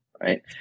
right